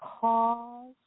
cause